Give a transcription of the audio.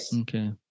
Okay